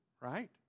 right